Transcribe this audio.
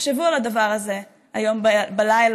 תחשבו על הדבר הזה היום בלילה,